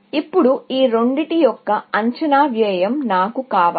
ఇప్పుడు ఈ రెండింటి యొక్క అంచనా వ్యయం నాకు కావాలి